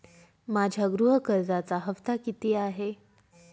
माझ्या गृह कर्जाचा हफ्ता किती आहे?